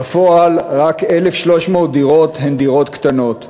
בפועל, רק 1,300 דירות הן דירות קטנות.